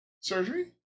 Surgery